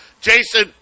Jason